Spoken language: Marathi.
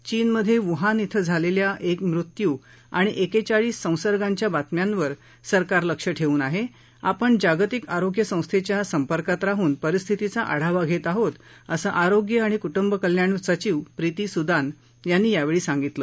चीनमधे वुहान क्विं झालेल्या एक मृत्यू आणि एकेचाळीस संसर्गांच्या बातम्यांवर सरकार लक्ष ठेवून आहे आपण जागतिक आरोग्य संस्थेच्या संपर्कात राहुन परिस्थितीचा आढावा घेत आहेत असं आरोग्य आणि कुटुंबे कल्याण सचिव प्रिती सुदान यांनी यावेळी सांगितलं